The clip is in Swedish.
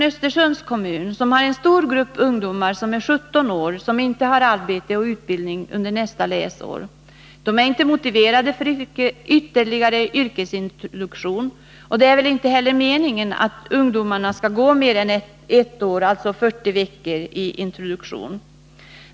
Östersunds kommun har en stor grupp ungdomar som är 17 år och som inte har arbete eller utbildning. De är inte motiverade för ytterligare yrkesintroduktion, och det är väl inte heller meningen att ungdomarna skall gå mer än ett läsår, alltså 40 veckor, i introduktion.